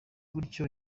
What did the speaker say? gutyo